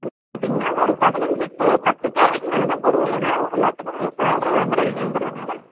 இப்போ பார்த்தீங்கன்னா ஒரு பதினைஞ்சு தே பத்து தேதிக்கு மேலேதான் போடுவோம் ஏன்னா எல்லாத்துக்குமே சேல்ரி வாங்குறவங்கங்கறதுனால